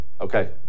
okay